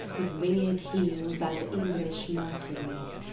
with winged heeles, as english mercuries.